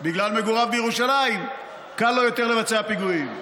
בגלל מגוריו בירושלים קל לו יותר לבצע פיגועים.